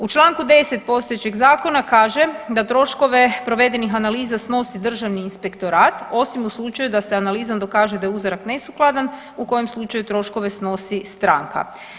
U Članku 10. postojećeg zakona kaže da troškove provedenih analiza snosi Državni inspektora osim u slučaju da se analizom dokaže da je uzorak nesukladan u kojem slučaju troškove snosi stranka.